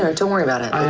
don't worry about it.